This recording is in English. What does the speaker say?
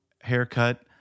haircut